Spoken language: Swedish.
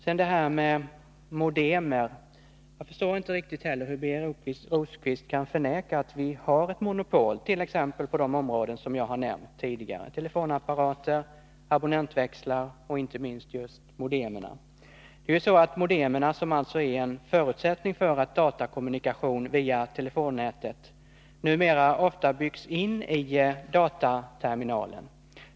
När det gäller modemer förstår jag inte riktigt att Birger Rosqvist kan förneka att vi har ett monopol t.ex. på de områden som jag tidigare nämnde: telefonapparater, abonnentväxlar och inte minst just modemer. Modemerna, som alltså är en förutsättning för datakommunikation via telenätet, byggs ju numera ofta in i dataterminalen.